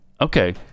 okay